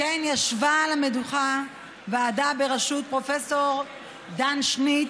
כמו כן ישבה על המדוכה ועדה בראשות פרופ' דן שניט,